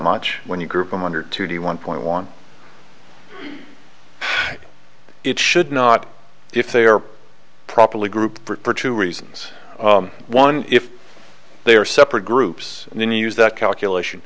much when you group one hundred thirty one point one it should not if they are properly group for two reasons one if they are separate groups and then use that calculation